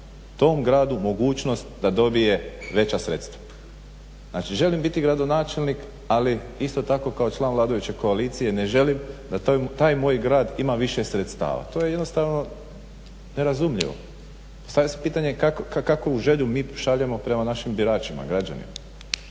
tom gradu mogućnost da dobije veća sredstva. Znači želim biti gradonačelnik ali isto tako kao član vladajuće koalicije ne želim da taj moj grad ima više sredstava. To je jednostavno nerazumljivo. Postavlja se pitanje kakvu želju mi šaljemo prema našim biračima, građanima.